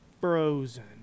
frozen